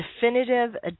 definitive